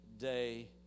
day